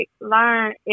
learn